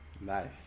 Nice